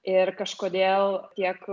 ir kažkodėl tiek